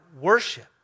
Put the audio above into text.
worship